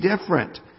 different